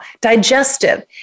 digestive